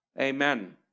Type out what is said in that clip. amen